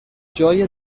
جای